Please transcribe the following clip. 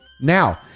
Now